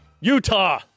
Utah